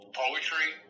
poetry